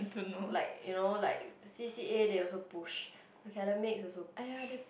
like you know like c_c_a they also push academics also push